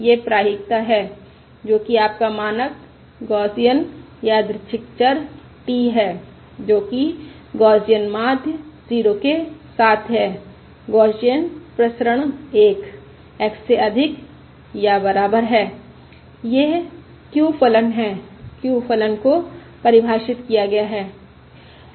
यह प्रायिकता है जो कि आपका मानक गौसियन यादृच्छिक चर t है जो कि गौसियन माध्य 0 के साथ है गौसियन प्रसरण 1 x से अधिक या बराबर है यह q फलन है q फलन को परिभाषित किया गया है